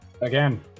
Again